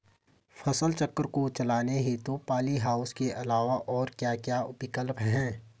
फसल चक्र को चलाने हेतु पॉली हाउस के अलावा और क्या क्या विकल्प हैं?